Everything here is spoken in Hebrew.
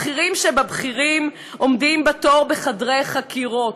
הבכירים שבבכירים עומדים בתור בחדרי חקירות,